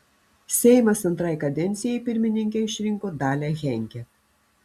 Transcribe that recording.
seimas antrai kadencijai pirmininke išrinko dalią henke